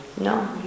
No